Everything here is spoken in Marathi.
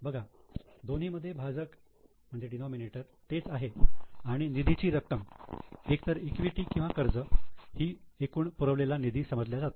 बघा दोन्ही मध्ये भाजक तेच आहे आणि निधीची रक्कम एक तर ईक्विटी किंवा कर्ज ही एकूण पुरवलेला निधी समजल्या जाते